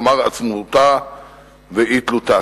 כלומר עצמאותה ואי-תלותה".